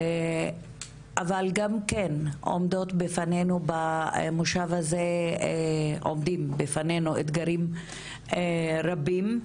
אבל, גם כן עומדים בפנינו במושב הזה אתגרים רבים.